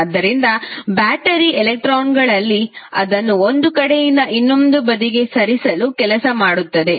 ಆದ್ದರಿಂದ ಬ್ಯಾಟರಿ ಎಲೆಕ್ಟ್ರಾನ್ಗಳಲ್ಲಿ ಅದನ್ನು ಒಂದು ಕಡೆಯಿಂದ ಇನ್ನೊಂದು ಬದಿಗೆ ಸರಿಸಲು ಕೆಲಸ ಮಾಡುತ್ತದೆ